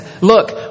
look